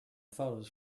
photos